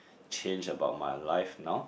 change about my life now